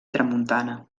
tramuntana